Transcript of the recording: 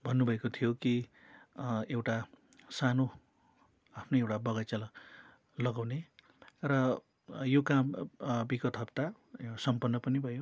भन्नुभएको थियो कि एउटा सानो आफ्नै एउटा बगैँचा ल लगाउने र यो काम विगत हप्ता सम्पन्न पनि भयो